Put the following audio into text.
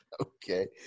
Okay